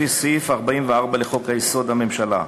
לפי סעיף 44 לחוק-יסוד: הממשלה.